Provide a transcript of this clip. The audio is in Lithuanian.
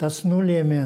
tas nulėmė